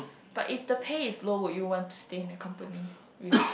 but if the pay is low would you want to stay in the company with